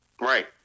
Right